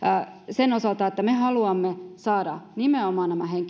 sen osalta että me haluamme saada nimenomaan nämä